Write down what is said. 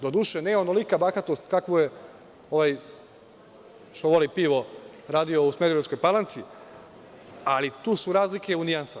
Doduše, ne onolika bahatost kakvu je ovaj što voli pivo radio u Smederevskoj Palanci, ali tu su razlike u nijansama.